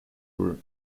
were